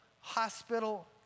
hospital